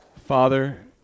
Father